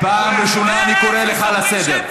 פעם ראשונה אני קורא אותך לסדר.